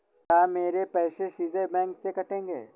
क्या मेरे पैसे सीधे बैंक से कटेंगे?